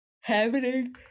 happening